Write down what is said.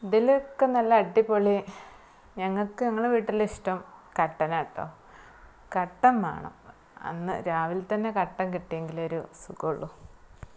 ഇതിലൊക്കെ നല്ല അടിപൊളി ഞങ്ങൾക്ക് ഞങ്ങളെ വീട്ടിൽ ഇഷ്ടം കട്ടനാണ് കേട്ടോ കട്ടൻ വേണം അന്ന് രാവിലെ തന്നെ കട്ടൻ കിട്ടിയെങ്കിലെ ഒരു സുഖമുള്ളു